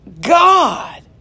God